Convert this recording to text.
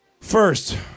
First